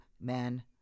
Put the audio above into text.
men